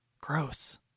gross